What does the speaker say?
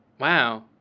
Wow